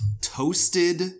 Toasted